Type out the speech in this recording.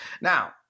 Now